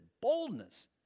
boldness